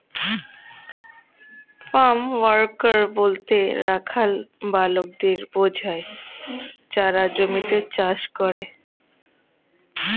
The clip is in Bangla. ফার্ম ওয়ার্কার বলতে রাখাল বালকদের বোঝায় যারা জমিতে চাষ করে